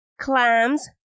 clams